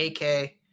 AK